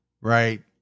right